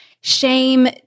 shame